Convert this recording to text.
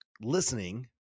listening